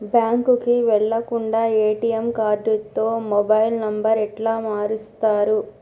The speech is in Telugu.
బ్యాంకుకి వెళ్లకుండా ఎ.టి.ఎమ్ కార్డుతో మొబైల్ నంబర్ ఎట్ల మారుస్తరు?